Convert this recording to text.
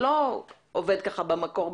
זה לא היה ככה במקור,